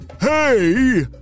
Hey